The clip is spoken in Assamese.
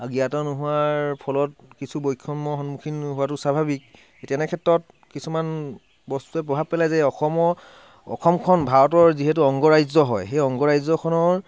জ্ঞাত নোহোৱাৰ ফলত কিছু বৈষম্যৰ সন্মুখীন হোৱাটো স্বাভাৱিক তেনে ক্ষেত্ৰত কিছুমান বস্তুৱে প্ৰভৱ পেলাই যে অসমত অসমখন ভাৰতৰ যিহেতু অংগৰাজ্য হয় সেই অংগৰাজ্যখনৰ